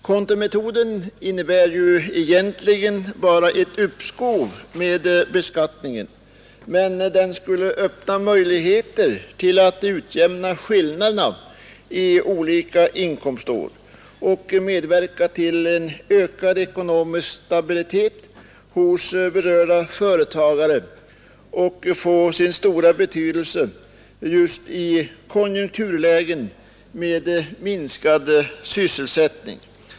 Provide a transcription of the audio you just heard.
Kontometoden innebär egentligen bara ett uppskov med beskattningen, men den skulle öppna möjligheter till att utjämna skillnaderna mellan olika inkomstår och på det sättet medverka till en ökad ekonomisk stabilitet hos berörda företagare och få stor betydelse just i konjunkturlägen med minskad sysselsättning.